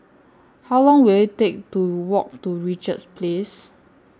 How Long Will IT Take to Walk to Richards Place